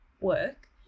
work